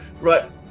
right